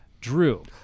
Drew